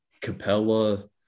Capella